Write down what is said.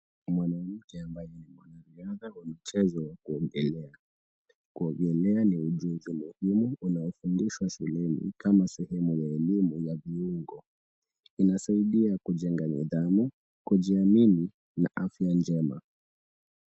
Mwanamke ambaye ni mwanariadha wa mchezo wa kuogelea. Kuogelea ni ujuzi muhimu unaofundishwa shuleni kama sehemu ya elimu ya viungo. Inasaidia kujenga nidhamu, kujiamini na afya njema.